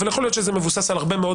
אבל יכול להיות שזה מבוסס על הרבה מאוד